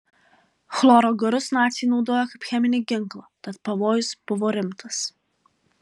chloro garus naciai naudojo kaip cheminį ginklą tad pavojus buvo rimtas